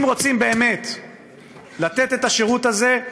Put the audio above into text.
אם רוצים באמת לתת את השירות הזה,